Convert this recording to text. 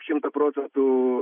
šimta procentų